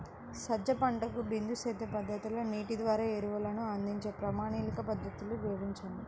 సజ్జ పంటకు బిందు సేద్య పద్ధతిలో నీటి ద్వారా ఎరువులను అందించే ప్రణాళిక పద్ధతులు వివరించండి?